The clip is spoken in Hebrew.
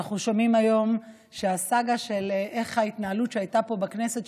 אנחנו שומעים היום שהסאגה של ההתנהלות שהייתה פה בכנסת,